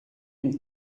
une